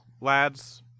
lads